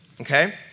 okay